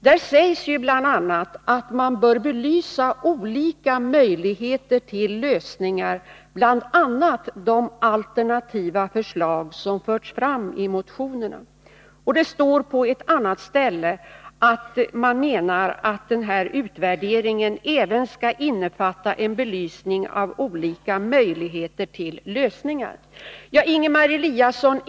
Där sägs att man bör belysa olika möjligheter till lösningar, bl.a. de alternativa förslag som förts fram i motionerna. Det står på ett annat ställe att man menar att denna utvärdering även skall innefatta en belysning av olika möjligheter till lösningar.